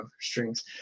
strings